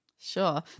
Sure